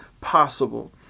possible